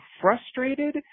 frustrated